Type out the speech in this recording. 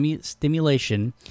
stimulation